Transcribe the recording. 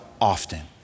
often